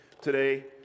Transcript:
today